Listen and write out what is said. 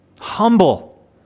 Humble